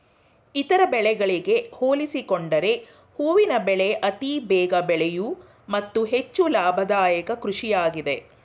ಇತರ ಬೆಳೆಗಳಿಗೆ ಹೋಲಿಸಿಕೊಂಡರೆ ಹೂವಿನ ಬೆಳೆ ಅತಿ ಬೇಗ ಬೆಳೆಯೂ ಮತ್ತು ಹೆಚ್ಚು ಲಾಭದಾಯಕ ಕೃಷಿಯಾಗಿದೆ